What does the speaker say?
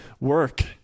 Work